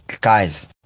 Guys